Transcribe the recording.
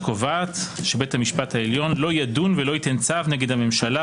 שקובעת שבית המשפט העליון לא ידון ולא ייתן צו נגד הממשלה,